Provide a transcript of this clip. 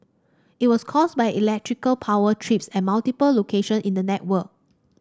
it was caused by electrical power trips at multiple location in the network